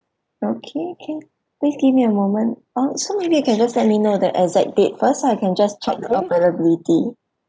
okay can please give me a moment or so maybe you can just let me know the exact date first I can just check the availability